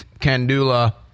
Kandula